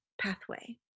pathway